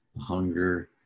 hunger